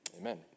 Amen